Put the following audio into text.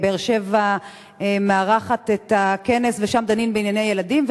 באר-שבע מארחת את הכנס ושם דנים בענייני ילדים,